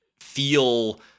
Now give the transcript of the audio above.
feel